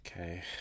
okay